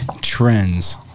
trends